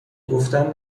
گفتن